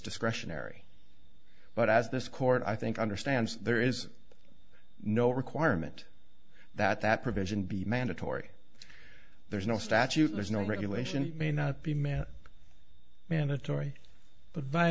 discretionary but as this court i think understands there is no requirement that that provision be mandatory there's no statute there's no regulation may not be man mandatory b